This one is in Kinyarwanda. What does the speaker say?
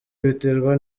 biterwa